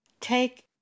take